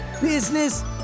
business